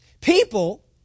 People